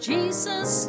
Jesus